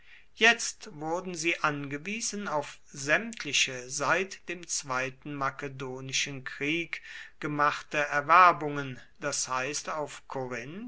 jetzt wurden sie angewiesen auf sämtliche seit dem zweiten makedonischen krieg gemachte erwerbungen das heißt auf